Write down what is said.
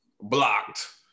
Blocked